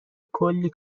کلی